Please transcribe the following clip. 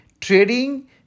trading